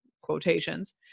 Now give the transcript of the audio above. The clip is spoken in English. quotations